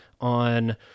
on